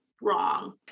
wrong